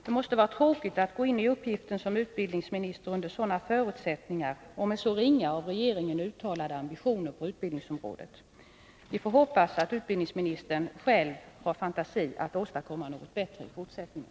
Det måste vara tråkigt att gå in i uppgiften som utbildningsminister under sådana förutsättningar och med så ringa av regeringen uttalade ambitioner på utbildningsområdet. Vi får hoppas att utbildningsministern själv har fantasi att åstadkomma något bättre i fortsättningen.